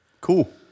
Cool